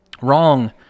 wrong